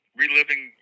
reliving